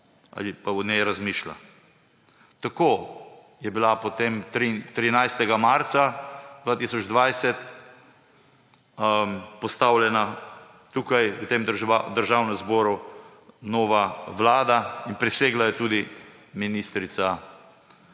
ali pa o njej razmišlja. Tako je bila potem 13. marca 2020 postavljena tukaj v tem državnem zboru nova vlada in prisegla je tudi ministrica